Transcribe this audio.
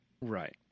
Right